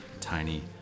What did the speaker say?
tiny